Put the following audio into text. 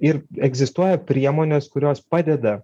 ir egzistuoja priemonės kurios padeda